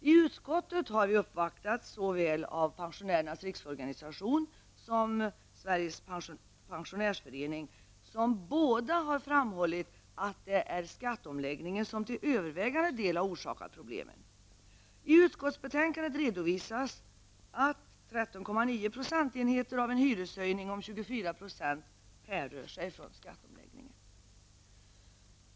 I utskottet har vi uppvaktats såväl av Pensionärernas riksorganisation som av Sveriges pensionärsförening, som båda har framhållit att det är skatteomläggningen som till övervägande del har orsakat problemen. I utskottsbetänkandet redovisas att 13,9 % av en hyreshöjning om 24 % härrör sig från skatteomläggningen.